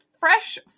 fresh